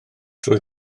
trwy